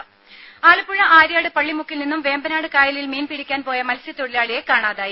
രുമ ആലപ്പുഴ ആര്യാട് പള്ളിമുക്കിൽ നിന്നും വേമ്പനാട് കായലിൽ മീൻ പിടിക്കാൻ പോയ മൽസ്യത്തൊഴിലാളിയെ കാണാതായി